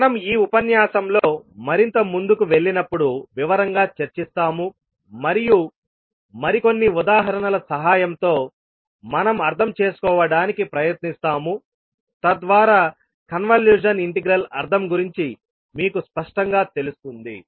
మనం ఈ ఉపన్యాసంలో మరింత ముందుకు వెళ్ళినప్పుడు వివరంగా చర్చిస్తాము మరియు మరికొన్ని ఉదాహరణల సహాయంతో మనం అర్థం చేసుకోవడానికి ప్రయత్నిస్తాము తద్వారా కన్వల్యూషన్ ఇంటెగ్రల్ అర్థం గురించి మీకు స్పష్టంగా తెలుస్తుంది